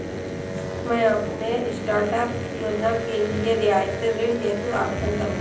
मैं अपने स्टार्टअप योजना के लिए रियायती ऋण हेतु आवेदन करूंगा